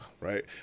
Right